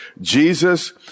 Jesus